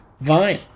vine